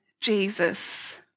Jesus